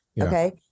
Okay